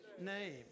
name